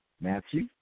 Matthew